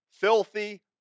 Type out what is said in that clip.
filthy